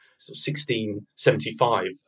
1675